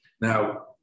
Now